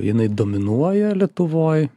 jinai dominuoja lietuvoj